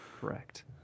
correct